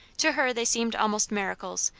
to her they seemed almost miracles,